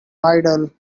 idol